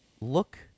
look